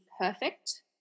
perfect